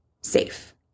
safe